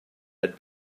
had